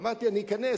אמרתי: אני אכנס,